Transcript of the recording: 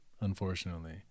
unfortunately